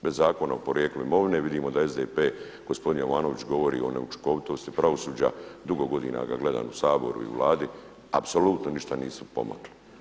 Bez Zakona o porijeklu imovine vidimo da SDP gospodin Jovanović govori o neučinkovitosti pravosuđa dugo godina ga gledam u Saboru i u Vladi apsolutno ništa nisu pomakli.